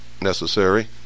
necessary